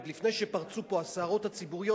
עוד לפני שפרצו פה הסערות הציבוריות,